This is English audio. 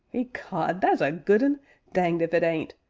ecod! that's a good un danged if it ain't!